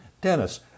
Dennis